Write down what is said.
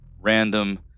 random